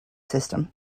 system